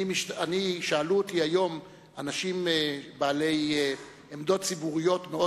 שאלו אותי היום אנשים בעלי עמדות ציבוריות מאוד